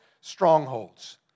strongholds